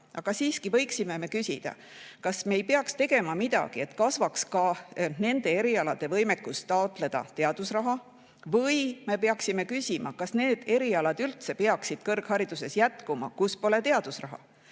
Aga siiski võiksime küsida, kas me ei peaks tegema midagi, et kasvaks ka nende erialade võimekus taotleda teadusraha. Või ehk peaksime küsima, kas need erialad üldse peaksid kõrghariduses jätkuma, kus pole teadusraha?